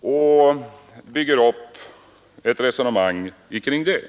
och han bygger upp ett resonemang omkring det.